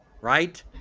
right